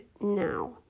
now